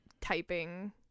typing